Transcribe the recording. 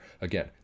Again